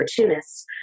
opportunists